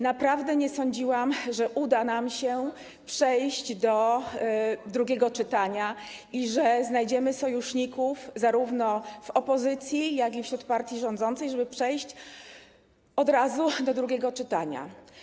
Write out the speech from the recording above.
Naprawdę nie sądziłam, że uda nam się przejść do drugiego czytania i że znajdziemy sojuszników zarówno w opozycji, jak i wśród partii rządzącej, żeby przejść od razu do drugiego czytania.